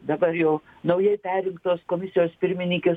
dabar jau naujai perrinktos komisijos pirmininkės